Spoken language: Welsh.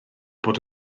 bod